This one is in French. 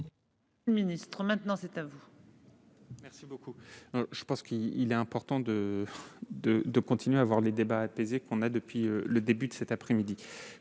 Merci,